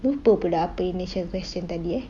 lupa pula apa initial question tadi eh